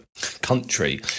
country